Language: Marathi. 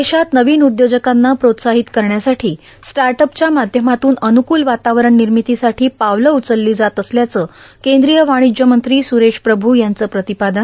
देशात नवीन उद्योजकांना प्रोत्साहित करण्यासाठी स्टार्टअपच्या माध्यमातून अनुकूल वातावरण निर्मितीसाठी पावलं उचलली जात असल्याचं केंद्रीय वाणिज्यमंत्री सुरेश प्रभू यांचं प्रतिपादन